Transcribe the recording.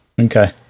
okay